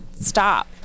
stop